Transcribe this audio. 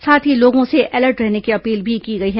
साथ ही लोगों से सतर्क रहने की अपील भी की है